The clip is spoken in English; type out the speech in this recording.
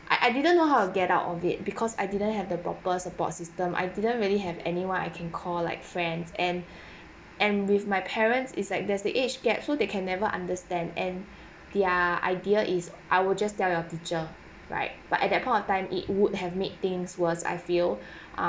I I didn't know how you get out of it because I didn't have the proper support system I didn't really have anyone I can call like friends and and with my parents is like there's the age gap so they can never understand and their idea is I will just tell your teacher like but at that point of time it would have made things worse I feel ah